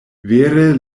vere